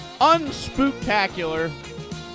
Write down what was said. unspooktacular